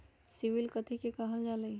CIBIL कथि के काहल जा लई?